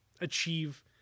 achieve